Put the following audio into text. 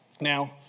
Now